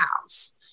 house